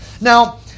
Now